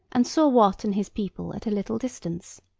and saw wat and his people at a little distance.